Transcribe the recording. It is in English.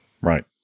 right